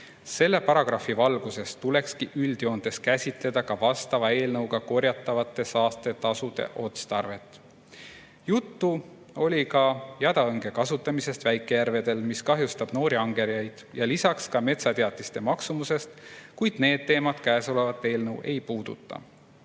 Selle paragrahvi valguses tulekski üldjoontes käsitleda vastava eelnõuga korjatavate saastetasude otstarvet. Juttu oli ka jadaõnge kasutamisest väikejärvedel, mis kahjustab noori angerjaid, ja ka metsateatiste maksumusest, kuid need teemad käesolevat eelnõu ei puuduta.